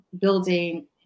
building